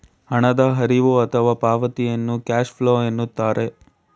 ಹಣದ ಹರಿವು ಅಥವಾ ಪಾವತಿಯನ್ನು ಕ್ಯಾಶ್ ಫ್ಲೋ ಎನ್ನುತ್ತಾರೆ